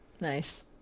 nice